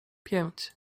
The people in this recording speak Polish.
pięć